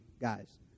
guys